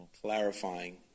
Clarifying